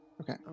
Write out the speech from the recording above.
Okay